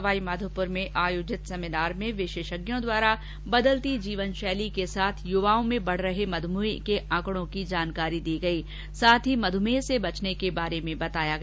सवाईमाधोपुर में आयोजित सेमिनार में विशेषज्ञों द्वारा बदलती जीवन शैली के साथ युवाओं में बढ़ रहे मधुमेह के आंकड़ों की जानकारी दी गई साथ ही मधुमेह से बचने के बारे में बताया गया